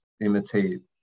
imitate